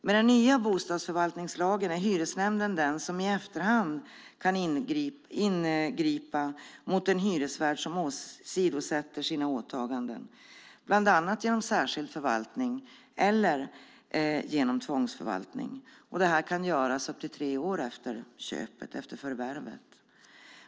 Med den nya bostadsförvaltningslagen är hyresnämnden den som i efterhand kan ingripa mot en hyresvärd som åsidosätter sina åtaganden, bland annat genom särskild förvaltning eller genom tvångsförvaltning. Det här kan göras upp till tre år efter förvärvet.